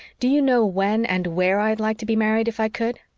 do you know when and where i'd like to be married, if i could?